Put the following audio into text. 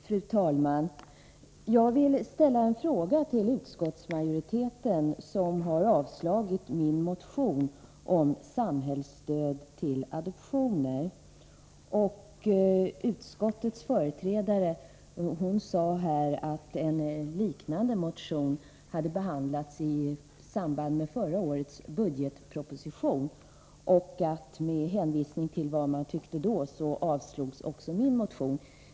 Fru talman! Jag vill ställa några frågor till utskottsmajoriteten, som har avstyrkt min motion om samhällsstöd till adoptioner. Utskottets företrädare sade att en liknande motion hade behandlats i anslutning till förra årets budgetproposition och att man, med hänvisning till vad man tyckte då, avstyrkt även min motion.